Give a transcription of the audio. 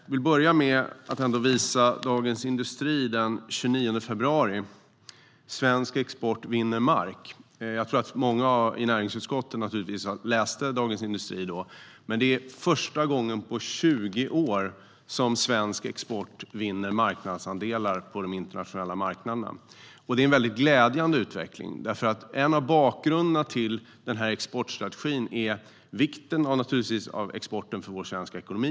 Jag vill börja med att nämna att det i Dagens Industri den 29 februari står: Svensk export vinner mark. Många i näringsutskottet läste naturligtvis Dagens Industri då. Men det är första gången på 20 år som svensk export vinner marknadsandelar på de internationella marknaderna. Det är en mycket glädjande utveckling därför att en bakgrund till denna exportstrategi naturligtvis är vikten av exporten för vår svenska ekonomi.